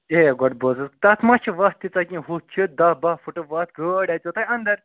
ہے گۄڈٕ بوز حظ تَتھ ما چھِ وَتھ تیٖژاہ کِہِنۍ ہُتھ چھِ دَہ بَہہ فٕٹہٕ وَتھ گٲڑۍ اَژیو تۄہہِ اَنٛدَر